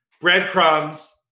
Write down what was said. breadcrumbs